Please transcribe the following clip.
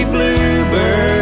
Bluebird